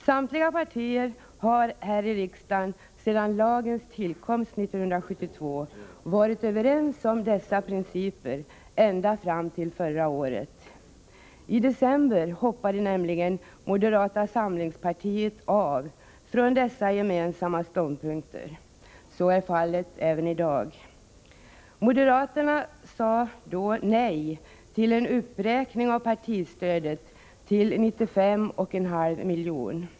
Samtliga partier här i riksdagen har sedan lagens tillkomst 1972 varit överens om dessa principer ända fram till förra året. I höstas hoppade moderata samlingspartiet av från dessa gemensamma ståndpunkter. Så är fallet även i dag. Moderaterna sade då nej till en uppräkning av partistödet till 95,5 milj.kr.